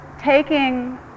taking